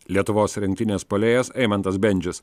lietuvos rinktinės puolėjas eimantas bendžius